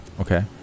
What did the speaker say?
Okay